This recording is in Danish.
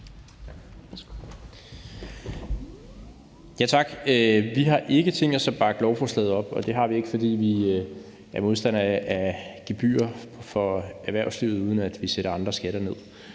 Tak. Vi har ikke tænkt os at bakke op om lovforslaget, og det har vi ikke, fordi vi er modstandere af gebyrer for erhvervslivet, uden at vi sætter andre skatter ned.